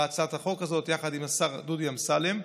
בהצעת החוק הזאת יחד עם השר דודי אמסלם.